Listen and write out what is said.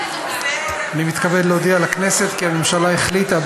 אני מתכבד להודיע לכנסת כי הממשלה החליטה,